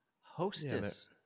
Hostess